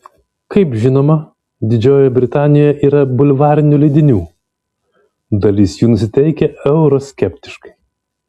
kaip žinoma didžiojoje britanijoje yra ir bulvarinių leidinių dalis jų nusiteikę euroskeptiškai